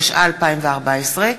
התשע"ה 2014,